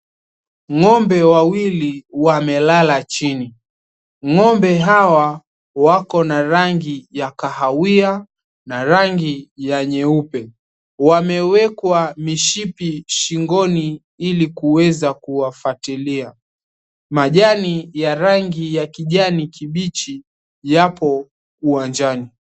Ng'ombe wawili wamelala chini. Ng'ombe hawa wako na rangi ya kahawia na rangi ya nyeupe, wamewekwa mishipi shingoni ili kuweza kuwafuatilia, majani ya rangi ya kijani kibichi yapo uwanjani.